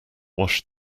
wash